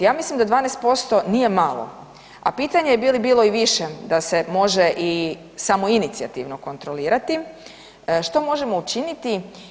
Ja mislim da 12% nije malo, a pitanje bi li bilo i više da se može i samoinicijativno kontrolirati, što možemo učiniti?